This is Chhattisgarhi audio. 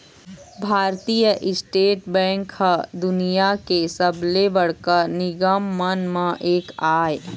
भारतीय स्टेट बेंक ह दुनिया के सबले बड़का निगम मन म एक आय